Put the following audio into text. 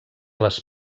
les